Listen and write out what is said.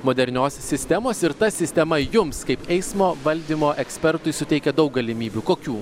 modernios sistemos ir ta sistema jums kaip eismo valdymo ekspertui suteikia daug galimybių kokių